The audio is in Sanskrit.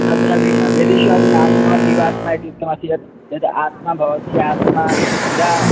तत्र वेदे वेदेष्वपि आत्मा जीवात्मा इत्युक्तमस्ति यत् यद् आत्मा भवति आत्मा इदं